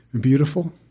beautiful